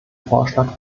vorschlag